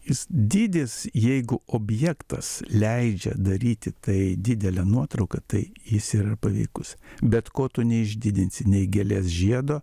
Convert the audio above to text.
jis dydis jeigu objektas leidžia daryti tai didelę nuotrauką tai jis yra paveikus bet ko tu neišdidinsi nei gėlės žiedo